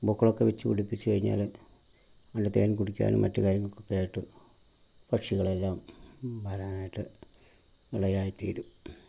പൂക്കളൊക്കെ വെച്ച് പിടിപ്പിച്ച് കഴിഞ്ഞാൽ വല്ല തേൻ കുടിക്കാനും മറ്റ് കാര്യങ്ങൾക്കൊക്കെ ആയിട്ട് പക്ഷികളെല്ലാം വരാനായിട്ട് വിളയായി തീരും